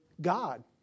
God